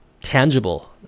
tangible